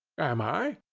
am i?